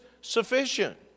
sufficient